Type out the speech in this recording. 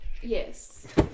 Yes